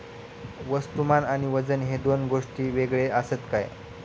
वस्तुमान आणि वजन हे दोन गोष्टी वेगळे आसत काय?